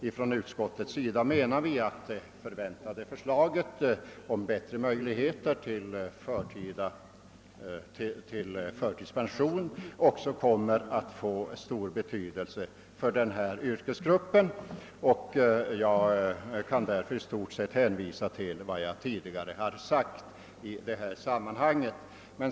Inom utskottet menar vi att det förväntade förslaget om bättre möjligheter till förtidspension också kommer att få stor betydelse för denna yrkesgrupp. Jag kan därför i stort sett hänvisa till vad jag tidigare har sagt i detta sammanhang.